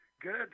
Good